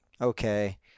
okay